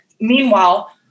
Meanwhile